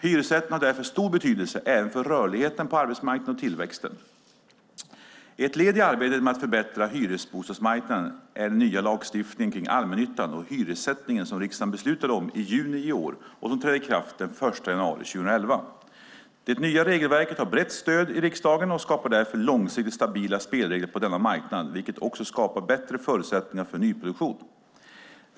Hyresrätten har därför stor betydelse även för rörligheten på arbetsmarknaden och tillväxten. Ett led i arbetet med att förbättra hyresbostadsmarknaderna är den nya lagstiftning kring allmännyttan och hyressättningen som riksdagen beslutade om i juni i år och som träder i kraft den 1 januari 2011. Det nya regelverket har brett stöd i riksdagen och skapar därför långsiktigt stabila spelregler på denna marknad, vilket också skapar bättre förutsättningar för nyproduktion.